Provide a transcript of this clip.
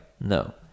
No